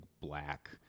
black